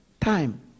Time